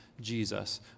Jesus